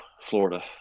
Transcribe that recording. Florida